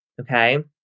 Okay